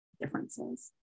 differences